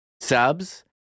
subs